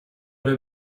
der